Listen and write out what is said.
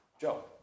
Joe